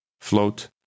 Float